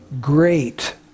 Great